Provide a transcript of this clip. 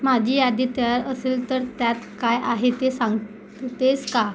माझी यादी तयार असेल तर त्यात काय आहे ते सांगतेस का